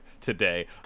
today